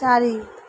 ଚାରି